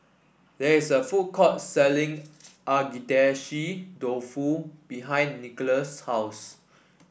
there is a food court selling Agedashi Dofu behind Nicklaus' house